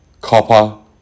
copper